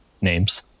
names